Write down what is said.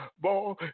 ball